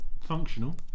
functional